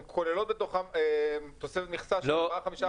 הן כוללות בתוכן תוספת מכסה של 5-4%?